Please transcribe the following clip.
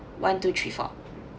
one two three four